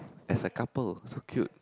as a couple so cute